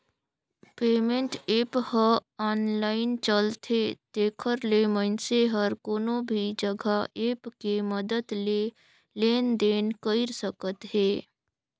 payment app ह online चलथे तेखर ले मइनसे हर कोनो भी जघा ऐप के मदद ले लेन देन कइर सकत हे